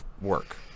work